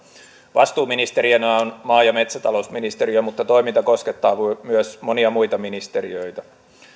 vastuuministerinä on maa ja metsätalousministeriö mutta toiminta koskettaa myös monia muita ministeriöitä